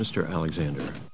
mr alexander